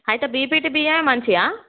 అయితే బీపీటీ బియ్యం మంచివా